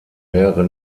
mehrere